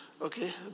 Okay